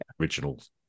originals